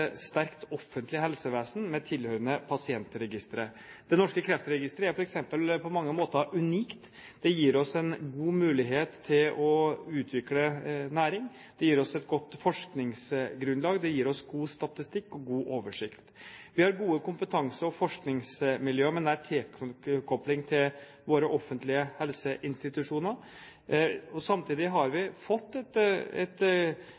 sterkt offentlig helsevesen med tilhørende pasientregistre. Det norske Kreftregisteret er f.eks. på mange måter unikt. Det gir oss en god mulighet til å utvikle næring, det gir oss et godt forskningsgrunnlag, det gir oss god statistikk og god oversikt. Vi har gode kompetanse- og forskningsmiljøer med nær tilkobling til våre offentlige helseinstitusjoner. Samtidig har